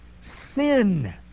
sin